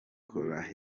kōra